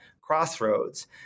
crossroads